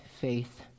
faith